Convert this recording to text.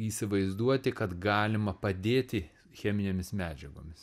įsivaizduoti kad galima padėti cheminėmis medžiagomis